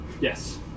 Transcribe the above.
Yes